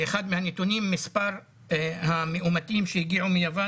באחד הנתונים מספר המאומתים שהגיעו יוון